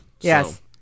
Yes